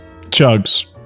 Chugs